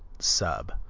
sub